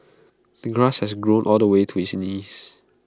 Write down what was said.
the grass had grown all the way to his knees